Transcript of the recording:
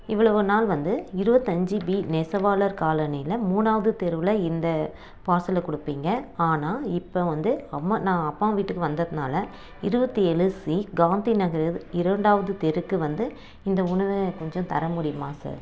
இவ்வளவு நாள் வந்து இருபத்தஞ்சு பி நெசவாளர் காலணியில் மூணாவது தெருவில் இந்த பார்சலை கொடுப்பீங்க ஆனால் இப்போ வந்து அம்மா நான் அப்பா வீட்டுக்கு வந்ததுனால் இருபத்தி ஏழு சி காந்தி நகர் இரண்டாவது தெருவுக்கு வந்து இந்த உணவை கொஞ்சம் தர முடியுமா சார்